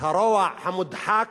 הרוע המודחק,